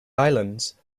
islands